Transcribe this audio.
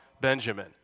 Benjamin